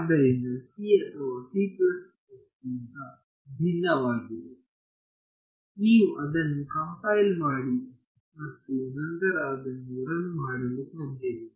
ಆದ್ದರಿಂದ C ಅಥವಾ C ಗಿಂತ ಭಿನ್ನವಾಗಿದೆ ನೀವು ಅದನ್ನು ಕಂಪೈಲ್ ಮಾಡಿ ಮತ್ತು ನಂತರ ಅದನ್ನು ರನ್ ಮಾಡಲು ಸಾಧ್ಯವಿಲ್ಲ